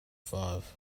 five